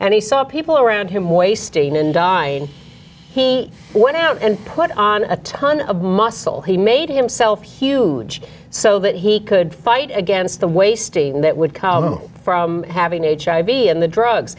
and he saw people around him wasting in dying he went out and put on a ton of muscle he made himself huge so that he could fight against the wasting that would come from having to be in the drugs